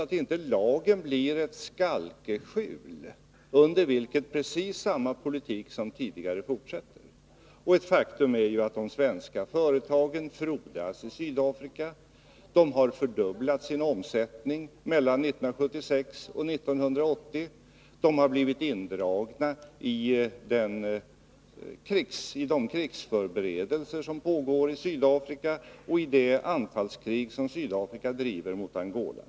Lagen får nämligen inte bli ett skalkeskjul under vilket precis samma politik som den tidigare förda fortsätter. Ett faktum är ju att de svenska företagen frodas i Sydafrika. De har fördubblat sin omsättning för åren 1976-1980. De har dragits in i de krigsförberedelser som pågår i Sydafrika och i det anfallskrig som Sydafrika bedriver mot Angola.